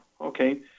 okay